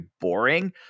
boring